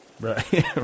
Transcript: right